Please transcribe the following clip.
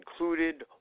included